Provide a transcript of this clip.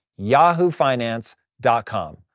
yahoofinance.com